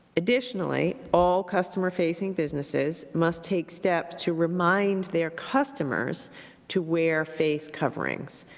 additionally, all customer facing businesses must take steps to remind their customers to wear face coverings.